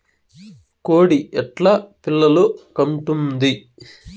కోడి ఎట్లా పిల్లలు కంటుంది?